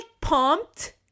pumped